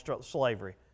slavery